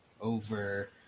over